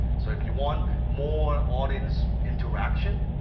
so if you want more audience interaction,